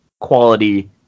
quality